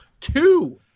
two